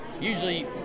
Usually